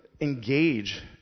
engage